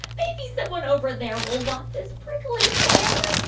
maybe someone over there will want this prickly pear